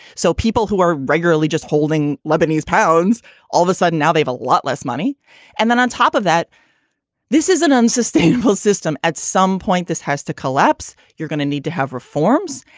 so people who are regularly just holding lebanese pounds all of a sudden now they have a lot less. and then on top of that this is an unsustainable system. at some point this has to collapse. you're going to need to have reforms.